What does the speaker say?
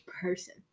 person